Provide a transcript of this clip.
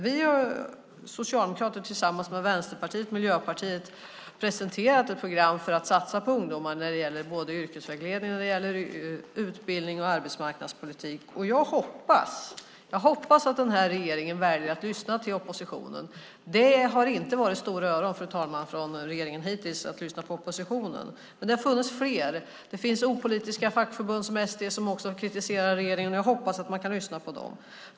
Vi socialdemokrater har tillsammans med Vänsterpartiet och Miljöpartiet presenterat ett program för att satsa på ungdomar när det gäller yrkesvägledning, utbildning och arbetsmarknadspolitik. Jag hoppas att regeringen väljer att lyssna till oppositionen. Det har inte varit stora öron, fru talman, från regeringen hittills när det gäller att lyssna på oppositionen. Men det har funnits fler. Det finns opolitiska fackförbund som ST som också kritiserar regeringen. Jag hoppas att man kan lyssna på dem.